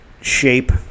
shape